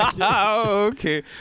okay